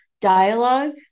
Dialogue